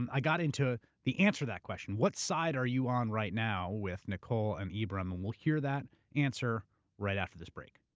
i got into the answer of that question, what side are you on right now? with nikole and ibram, and we'll hear that answer right after this break.